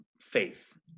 faith